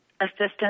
assistance